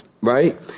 Right